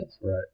Right